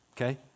okay